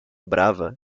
brava